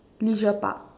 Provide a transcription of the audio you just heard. leisure Park